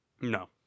No